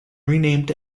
renamed